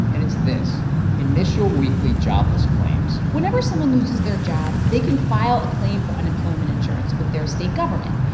and it's this initial weekly jobless claims whenever someone loses their job, they can file a claim for unemployment insurance with their state government,